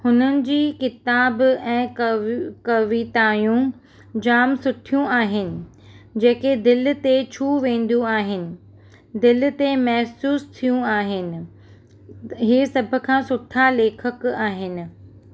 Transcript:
हुननि जी किताबु ऐं कवि कविताऊं जामु सुठियूं आहिनि जेके दिलि ते छू वेंदियूं आहिनि दिलि ते महिसूसु थियूं आहिनि उहे सभ खां सुठा लेखकु आहिनि